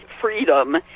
freedom